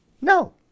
No